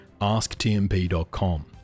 asktmp.com